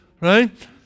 Right